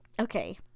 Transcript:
okay